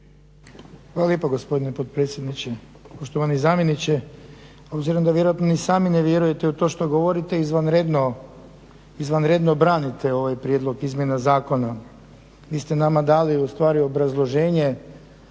Hvala lijepo gospodine potpredsjedniče. Poštovani zamjeniče, obzirom da vjerojatno ni sami ne vjerujete u to što govorite izvanredno branite ovaj prijedlog izmjena zakona. Vi ste nama dali u stvari obrazloženje